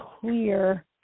clear